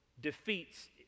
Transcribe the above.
defeats